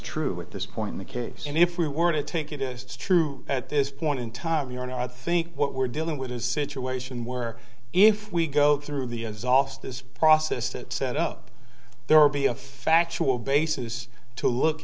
true at this point in the case and if we were to take it is true at this point in time you know i think what we're dealing with a situation where if we go through the zoloft this process that set up there will be a factual basis to look